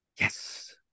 Yes